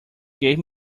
gave